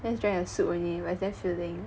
just drank the soup only but it's damn filling